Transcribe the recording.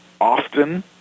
often